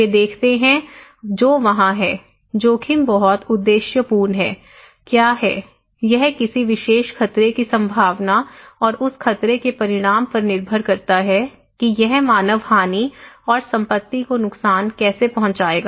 वे देखते हैं जो वहां है जोखिम बहुत उद्देश्यपूर्ण है क्या है यह किसी विशेष खतरे की संभावना और उस खतरे के परिणाम पर निर्भर करता है कि यह मानव हानि और संपत्ति को नुकसान कैसे पहुंचाएगा